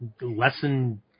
lesson